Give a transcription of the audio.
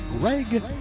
Greg